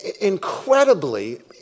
incredibly